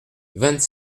vingt